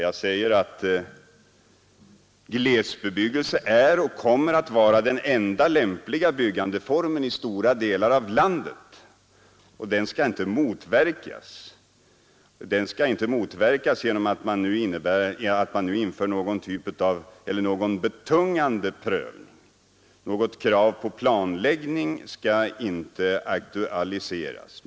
Jag sade då att de uppdragna riktlinjerna innebär bl.a. att ”glesbebyggelse — som är och kommer att vara den enda lämpliga byggandeformen i stora delar av landet — inte skall motverkas och att en betungande prövning inte skall införas. Något krav på planläggning aktualiseras inte.